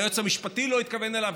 היועץ המשפטי לא התכוון אליו,